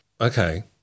Okay